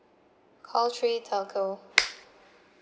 call three telco